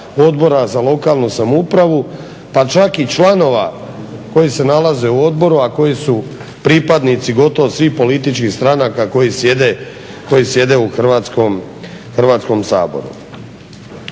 Odbora za lokalnu samoupravu, pa čak i članova koji se nalaze u odboru, a koji su pripadnici gotovo svih političkih stranaka koji sjede u Hrvatskom saboru.